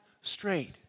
straight